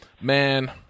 Man